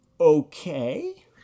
Okay